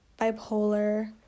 bipolar